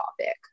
topic